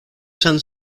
san